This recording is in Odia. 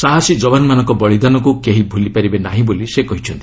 ସାହସୀ ଯବାନମାନଙ୍କ ବଳିଦାନକୁ କେହି ଭୁଲିପାରିବେ ନାହିଁ ବୋଲି ସେ କହିଛନ୍ତି